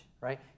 right